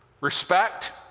respect